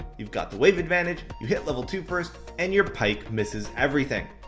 you've got the wave advantage. you hit level two first, and your pyke misses everything.